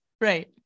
Right